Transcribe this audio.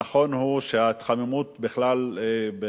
נכון הוא שההתחממות בכלל בכדור-הארץ